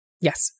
yes